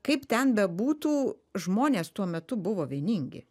kaip ten bebūtų žmonės tuo metu buvo vieningi